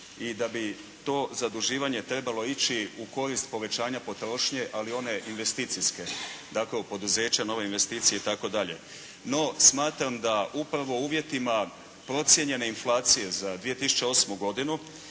i da bito zaduživanje trebalo ići u korist povećanja potrošnje, ali one investicijske, dakle u poduzeća, nove investicije itd. No, smatram da upravo u uvjetima procijenjene inflacije za 2008. godinu,